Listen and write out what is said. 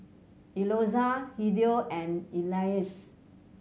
Eloisa Hideo and Elease